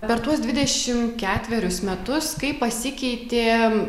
per tuos dvidešim ketverius metus kaip pasikeitė